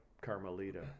Carmelita